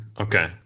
Okay